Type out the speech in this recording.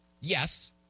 yes